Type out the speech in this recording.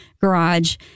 garage